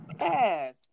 Yes